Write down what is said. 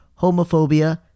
homophobia